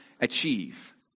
achieve